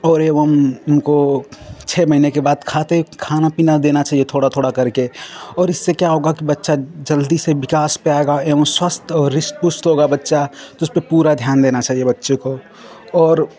और एवं उनको छह महीने के बाद खाते खाना पीना देना चाहिए थोड़ा थोड़ा करके और इससे क्या होगा कि बच्चा जल्दी से विकास पर आएगा एवं स्वस्थ और हृष्ट पुष्ट होगा बच्चा जिसपर पूरा ध्यान देना चाहिए बच्चों को और